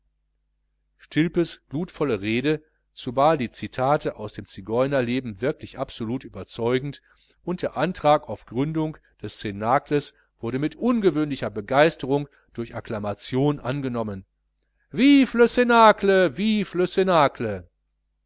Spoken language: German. stilpes glutvolle rede und zumal die citate aus dem zigeunerleben wirkten absolut überzeugend und der antrag auf gründung des cnacles wurde mit ungewöhnlicher begeisterung durch acclamation angenommen vive le cnacle vive